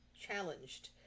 challenged